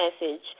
message